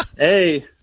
Hey